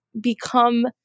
become